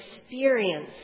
experience